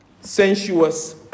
sensuous